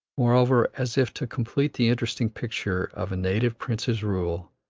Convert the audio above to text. moreover, as if to complete the interesting picture of a native prince's rule,